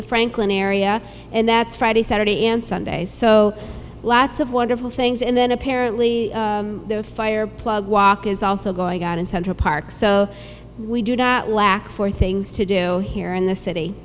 the franklin area and that's friday saturday and sunday so lots of wonderful things and then apparently the fire plug walk is also going on in central park so we do not lack for things to do here in the city